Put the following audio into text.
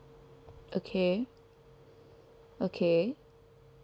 okay okay